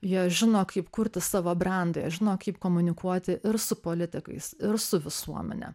jie žino kaip kurti savo brendą žino kaip komunikuoti ir su politikais ir su visuomene